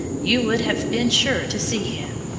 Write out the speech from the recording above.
you would have been sure to see him,